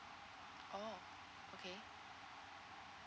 oh okay